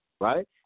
right